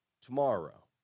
tomorrow